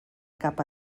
cap